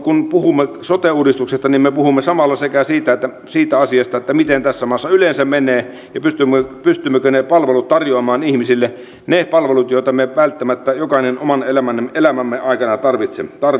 kun puhumme sote uudistuksesta niin me puhumme samalla siitä asiasta miten tässä maassa yleensä menee ja pystymmekö ne palvelut tarjoamaan ihmisille ne palvelut joita me välttämättä jokainen oman elämämme aikana tarvitsemme